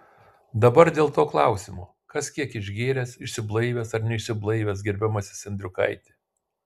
dabar dėl to klausimo kas kiek išgėręs išsiblaivęs ar neišsiblaivęs gerbiamasis endriukaiti